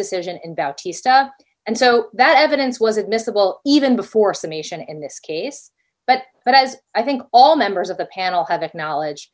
decision and bow tista and so that evidence was admissible even before summation in this case but but as i think all members of the panel have acknowledged